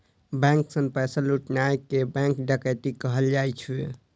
bank सं पैसा लुटनाय कें बैंक डकैती कहल जाइ छै